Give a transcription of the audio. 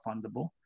fundable